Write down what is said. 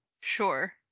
Sure